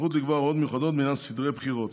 סמכות לקבוע הוראות מיוחדות בעניין סדרי בחירות.